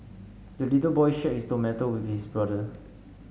the little boy shared his tomato with his brother